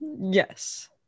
Yes